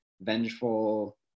vengeful